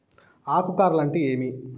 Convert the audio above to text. ఆకు కార్ల్ అంటే ఏమి?